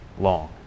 long